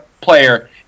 player